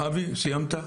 אבי סיימת?